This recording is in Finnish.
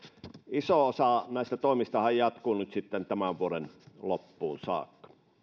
iso osa näistä toimistahan jatkuu nyt sitten tämän vuoden loppuun saakka